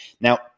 Now